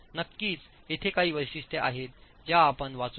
नक्कीच येथे काही वैशिष्ट्ये आहेत ज्या आपण वाचू शकता